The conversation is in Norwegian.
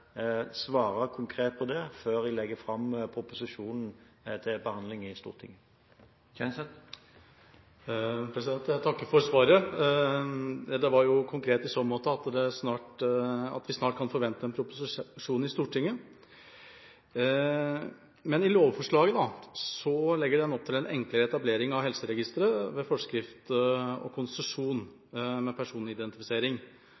konkret på det før jeg legger fram proposisjonen til behandling i Stortinget. Jeg takker for svaret. Det var konkret på den måten at vi snart kan forvente en proposisjon i Stortinget. I lovforslaget legges det opp til en enklere etablering av helseregistre ved forskrift og